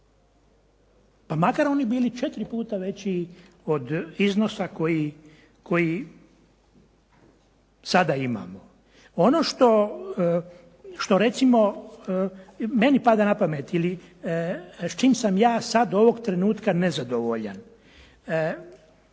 pa makar oni bili četiri puta veći od iznosa koji sada imamo. Ono što recimo meni pada na pamet ili s čim sam ja sad ovog trenutka nezadovoljan,